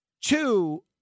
Two